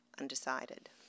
Undecided